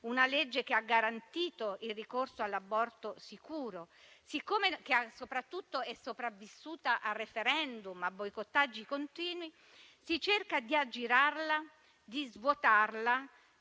una legge che ha garantito il ricorso all'aborto sicuro, che soprattutto è sopravvissuta a *referendum* e a boicottaggi continui, si cerca di aggirarla, di svuotarla,